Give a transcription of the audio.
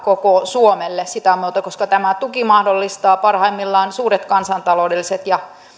koko suomelle koska tämä tuki mahdollistaa parhaimmillaan suuret kansantaloudelliset ja